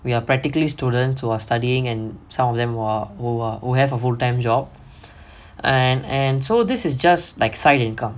we are practically student who are studying and some of them who are who have a full time job and and so this is just like side income